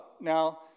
Now